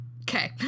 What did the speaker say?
okay